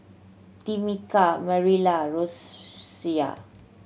Tameka Marilla Rosaria